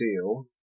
deal